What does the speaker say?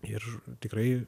ir tikrai